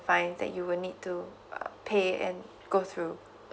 fine that you will need to uh pay and go through